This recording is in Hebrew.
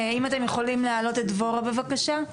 אם אתם יכולים להעלות את דבורה בבקשה.